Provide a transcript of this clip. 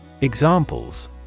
Examples